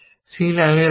c নামিয়ে রাখি